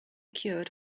cured